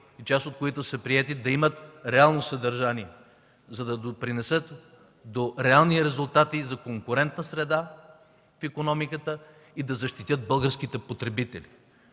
част от които са приети, да имат реално съдържание, за да допринесат за реални резултати, за конкурентна среда в икономиката и да защитят българските потребители.